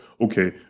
okay